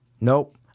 Nope